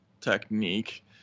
technique